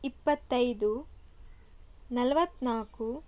ಇಪ್ಪತ್ತೈದು ನಲವತ್ನಾಲ್ಕು